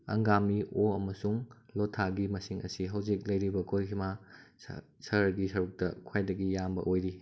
ꯑꯪꯒꯥꯃꯤ ꯑꯣ ꯑꯃꯁꯨꯡ ꯂꯣꯊꯥꯒꯤ ꯃꯁꯤꯡ ꯑꯁꯤ ꯍꯧꯖꯤꯛ ꯂꯩꯔꯤꯕ ꯀꯣꯍꯤꯃꯥ ꯁꯍꯔꯒꯤ ꯁꯔꯨꯛꯇ ꯈ꯭ꯋꯥꯏꯗꯒꯤ ꯌꯥꯝꯕ ꯑꯣꯏꯔꯤ